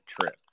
trip